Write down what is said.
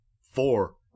Four